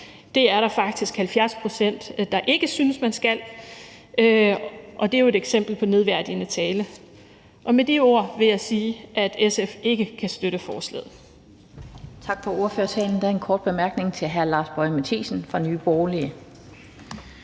Det er der faktisk 70 pct. der ikke synes man skal. Og det er jo et eksempel på nedværdigende tale. Med de ord vil jeg sige, at SF ikke kan støtte forslaget. Kl. 16:23 Den fg. formand (Annette Lind): Tak for ordførertalen. Der er en kort bemærkning til hr. Lars Boje Mathiesen fra Nye Borgerlige.